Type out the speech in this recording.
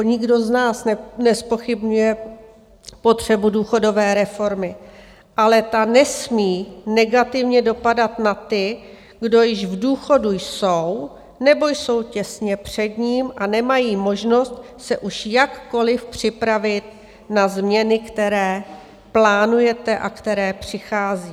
Nikdo z nás nezpochybňuje potřebu důchodové reformy, ale ta nesmí negativně dopadat na ty, kdo již v důchodu jsou nebo jsou těsně před ním a nemají možnost se už jakkoliv připravit na změny, které plánujete a které přicházejí.